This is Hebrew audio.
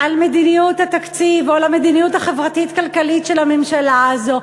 על מדיניות התקציב או על המדיניות החברתית-כלכלית של הממשלה הזו,